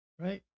Right